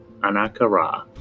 Anakara